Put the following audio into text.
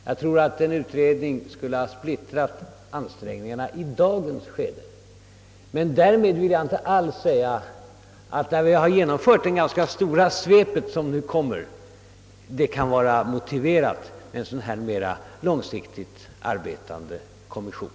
Jag tror att en utredning skulle ha splittrat ansträngningarna i dagens skede. Men därmed vill jag inte alls säga att det inte, när vi har genomfört det ganska stora svep som nu skall göras, kan vara motiverat med en sådan här mera långsiktigt arbetande kommission.